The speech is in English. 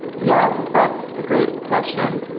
yeah, i think that's a great question.